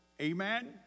Amen